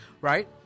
right